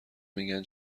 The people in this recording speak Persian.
میگن